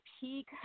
peak